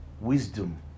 wisdom